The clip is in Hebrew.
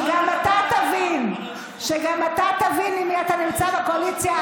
שגם אתה תבין עם מי אתה נמצא בקואליציה,